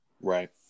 Right